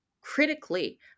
critically